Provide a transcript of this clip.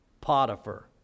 Potiphar